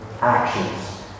actions